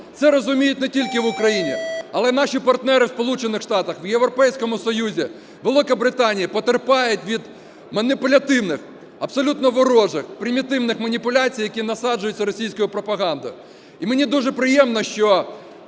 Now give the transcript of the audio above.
Це розуміють не тільки в Україні, але наші партнери в Сполучених Штатах, в Європейському Союзі, у Великобританії потерпають від маніпулятивних, абсолютно ворожих, примітивних маніпуляцій, які насаджуються російською пропагандою. І мені дуже приємно, що